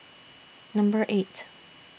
Number eight